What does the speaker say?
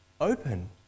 open